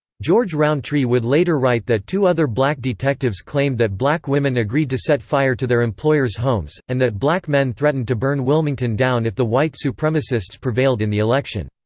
george rountree would later write that two other black detectives claimed that black women agreed to set fire to their employers homes, and that black men threatened to burn wilmington down if the white supremacists prevailed in the election.